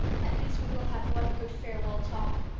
at least we will have one good farewell talk.